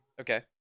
Okay